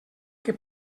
que